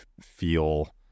feel